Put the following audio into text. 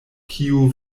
kiu